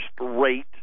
rate